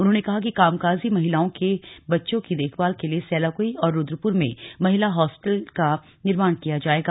उन्होंने कहा कि कामकाजी महिलाओं के बच्चों की देखभाल के लिए सेलाकुई व रुद्रपुर में महिला हॉस्टल का निर्माण किया जाएगा